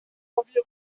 environ